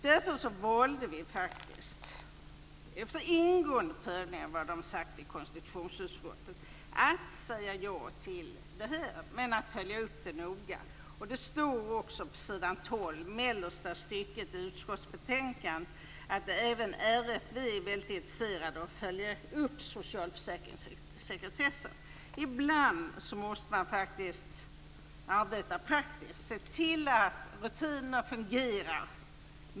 Därför valde vi - efter ingående prövning av vad som sagts i konstitutionsutskottet - att säga ja till detta, men att noga följa upp det hela. På s. 12 mellersta stycket i utskottsbetänkandet står det att även RFV är intresserat av att följa upp socialförsäkringssekretessen. Ibland måste man arbeta praktiskt och se till att rutinerna fungerar.